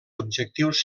objectius